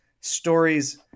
stories